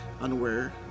unaware